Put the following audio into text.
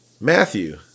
Matthew